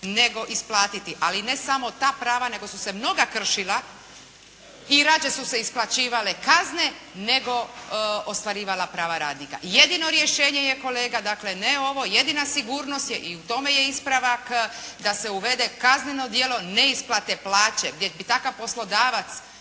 nego isplatiti. Ali ne samo ta prava, nego su se mnoga kršila i rađe su se isplaćivale kazne nego ostvarivala prava radnika. Jedino rješenje je kolega, dakle ne ovo, jedina sigurnost je i u tome je ispravak da se uvede kazneno djelo neisplate plaće gdje bi takav poslodavac